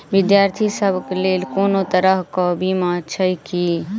विद्यार्थी सभक लेल कोनो तरह कऽ बीमा छई की?